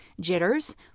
jitters